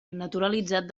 naturalitzat